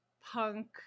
punk-